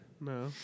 No